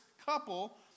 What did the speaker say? couple